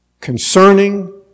Concerning